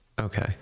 Okay